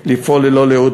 לפעול ללא לאות,